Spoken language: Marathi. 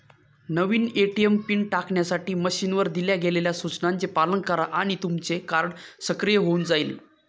नवीन ए.टी.एम पिन टाकण्यासाठी मशीनवर दिल्या गेलेल्या सूचनांचे पालन करा आणि तुमचं कार्ड सक्रिय होऊन जाईल